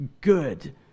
good